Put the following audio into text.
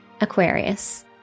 Aquarius